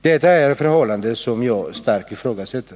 Det är en ordning som jag starkt ifrågasätter.